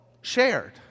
shared